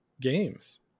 games